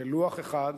ולוח אחד,